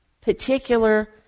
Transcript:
particular